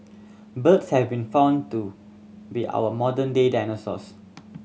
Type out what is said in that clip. birds have been found to be our modern day dinosaurs